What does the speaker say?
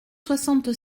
soixante